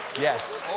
yes.